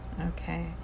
Okay